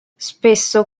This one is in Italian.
spesso